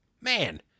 Man